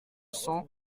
cent